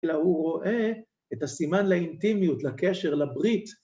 ‫אלא הוא רואה את הסימן ‫לאינטימיות, לקשר, לברית.